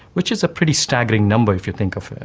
which is a pretty staggering number if you think of it.